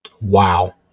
Wow